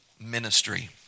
ministry